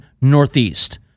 Northeast